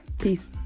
peace